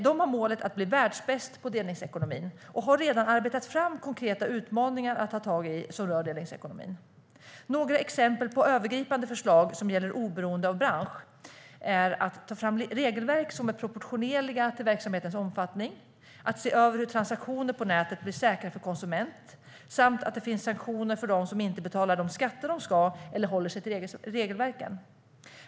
De har målet att bli världsbäst på delningsekonomi och har redan arbetat fram konkreta utmaningar att ta tag i som rör delningsekonomin. Några exempel på övergripande förslag som gäller oberoende av bransch är att ta fram regelverk som är proportionerliga till verksamhetens omfattning, att se över hur transaktioner på nätet blir säkra för konsumenten samt att det finns sanktioner för dem som inte betalar de skatter de ska eller som inte håller sig till regelverken.